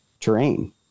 terrain